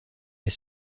est